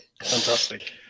Fantastic